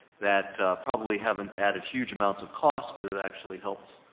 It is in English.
that, ah, probably haven't added huge amounts of costs, but it actually helped,